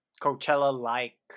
Coachella-like